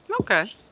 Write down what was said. Okay